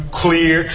clear